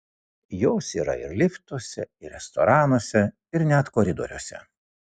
jos yra ir liftuose ir restoranuose ir net koridoriuose